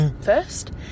first